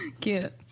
Cute